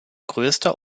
größter